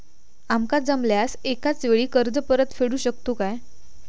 आमका जमल्यास एकाच वेळी कर्ज परत फेडू शकतू काय?